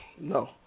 No